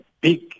big